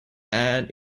and